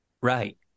right